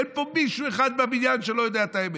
אין פה מישהו אחד בבניין שלא יודע את האמת.